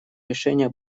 решения